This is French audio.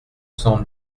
cent